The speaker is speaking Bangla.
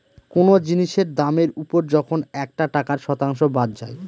কোনো জিনিসের দামের ওপর যখন একটা টাকার শতাংশ বাদ যায়